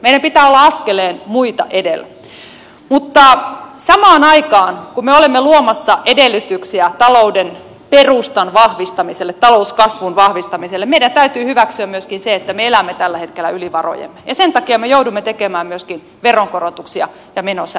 meidän pitää olla askeleen muita edellä mutta samaan aikaan kun me olemme luomassa edellytyksiä talouden perustan vahvistamiselle talouskasvun vahvistamiselle meidän täytyy hyväksyä myöskin se että me elämme tällä hetkellä yli varojemme ja sen takia me joudumme tekemään myöskin veronkorotuksia ja menosäästöjä